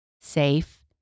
safe